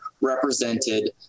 represented